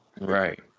Right